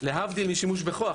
להבדיל משימוש כוח,